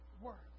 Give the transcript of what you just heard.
work